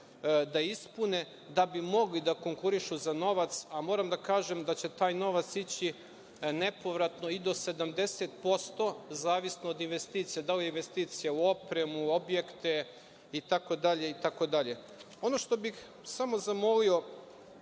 da ispune da bi mogli da konkurišu za novac, a moram da kažem da će taj novac sići nepovratnoj i do 70%, zavisno od investicija, da li je investicija u opremu, u objekte itd. Ono što bih samo zamolio